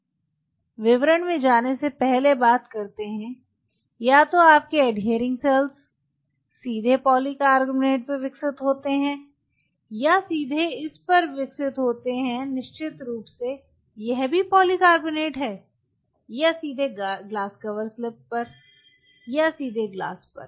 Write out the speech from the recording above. विवरण में जाने से पहले बात करते हैं या तो आपके अडहियरिंग सेल्स सीधे पॉलीकार्बोनेट पर विक्सित होती हैं या सीधे इस पर विक्सित होती हैं निश्चित रूप से यह भी पॉलीकार्बोनेट है या सीधे ग्लास कवरस्लिप्स पर या सीधे ग्लास पर